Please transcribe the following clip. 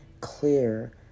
clear